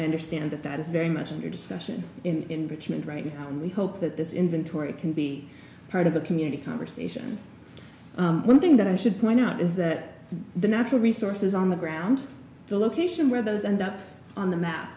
or stand at that is very much under discussion in richmond right now and we hope that this inventory can be part of a community conversation one thing that i should point out is that the natural resources on the ground the location where those end up on the map